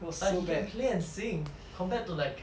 but he can play and sing compared to like